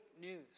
news